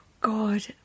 God